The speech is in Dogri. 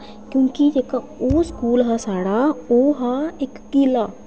क्योंकि जेह्का ओह् स्कूल हा साढ़ा ओह् हा इक किला